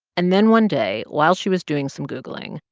and then one day, while she was doing some googling,